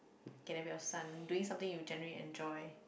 can have you sun doing something you generally enjoy